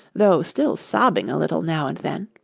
though still sobbing a little now and then,